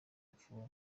apfuye